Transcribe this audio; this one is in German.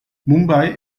mumbai